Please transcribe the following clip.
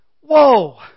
Whoa